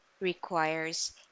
requires